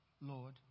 Lord